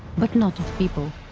but not of people,